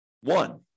one